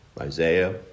Isaiah